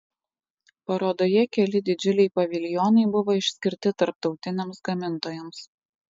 parodoje keli didžiuliai paviljonai buvo išskirti tarptautiniams gamintojams